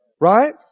right